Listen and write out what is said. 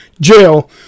Jail